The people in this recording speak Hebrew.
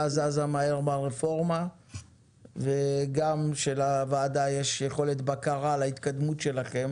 זזה מהר ברפורמה ושגם לוועדה יש יכולת בקרה על ההתקדמות שלכם.